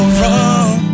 wrong